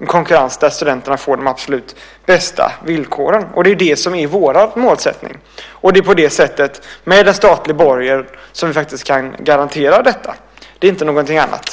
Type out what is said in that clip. en konkurrens så att studenterna skulle få de absolut bästa villkoren. Och det är det som är vår målsättning. Med en statlig borgen kan vi faktiskt garantera detta. Det är ingenting annat.